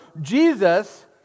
Jesus